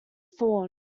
thorn